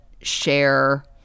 share